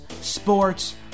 sports